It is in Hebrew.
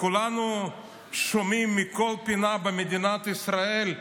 כולנו שומעים מכל פינה במדינת ישראל,